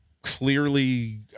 Clearly